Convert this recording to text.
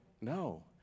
No